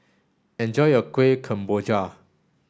enjoy your Kueh Kemboja